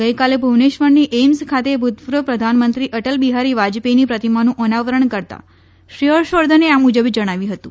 ગઈકાલે ભુવનેશ્વરની એઇમ્સ ખાતે ભૂતપૂર્વ પ્રધાનમંત્રી અટલ બિહારી વાજપેઈની પ્રતિમાનું અનાવરણ કરતા શ્રી હર્ષવર્ધને આ મુજબ જણાવ્યું હતું